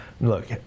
Look